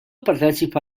partecipa